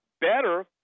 better